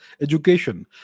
education